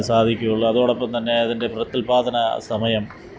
സാധിക്കുകയുള്ളു അതോടൊപ്പംതന്നെ അതിന്റെ പ്രത്യുല്പ്പാദന സമയം